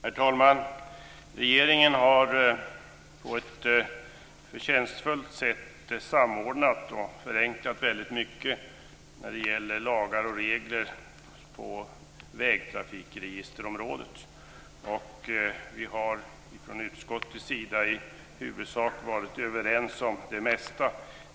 Herr talman! Regeringen har på ett förtjänstfullt sätt samordnat och förenklat väldigt mycket vad gäller lagar och regler på vägtrafikregisterområdet. Vi har från utskottets sida i huvudsak varit överens om det mesta.